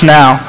now